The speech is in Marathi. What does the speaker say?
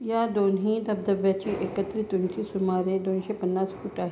या दोन्ही धबधब्यांची एकत्रित उंची सुमारे दोनशे पन्नास फूट आहे